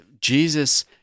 Jesus